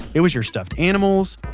it was your stuffed animals,